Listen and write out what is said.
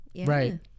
Right